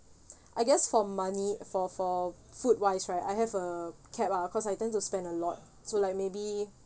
I guess for money for for food wise right I have a cap lah cause I tend to spend a lot so like maybe